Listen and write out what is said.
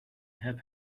have